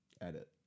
Edit